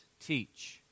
teach